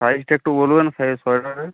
সাইজটা একটু বলুন সাইজ সোয়েটারের